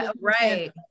Right